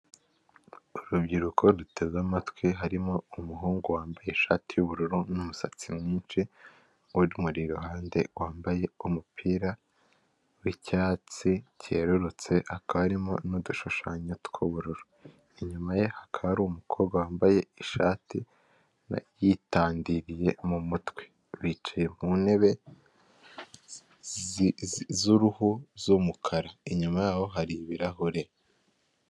Abadamu babiri umwe witandiye, undi wambaye umupira w'amaboko maremare w'umukara barasinya ndetse bakuzuza ku bipapuro bibateretse imbere ku meza iriho amazi ndetse n'ibindi bipapuro byabugenewe.